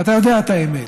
ואתה יודע את האמת.